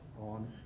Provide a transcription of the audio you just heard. on